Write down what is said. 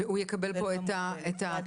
הוא עדיין יקבל את התגמול.